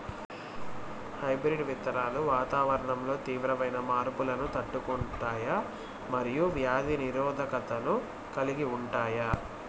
hybrid విత్తనాలు వాతావరణంలో తీవ్రమైన మార్పులను తట్టుకుంటాయి మరియు వ్యాధి నిరోధకతను కలిగి ఉంటాయి